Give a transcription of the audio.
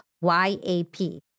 Y-A-P